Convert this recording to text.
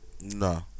No